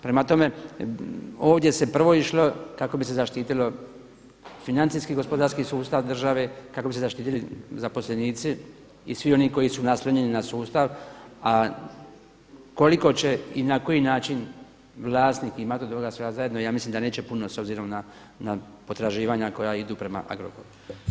Prema tome, ovdje se prvo išlo kako bi se zaštitilo financijski i gospodarski sustav države, kako bi se zaštitili zaposlenici i svi oni koji su naslonjeni na sustav a koliko će i na koji način vlasnik imati od ovoga svega zajedno ja mislim da neće puno s obzirom na potraživanja koja idu prema Agrokoru.